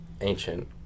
ancient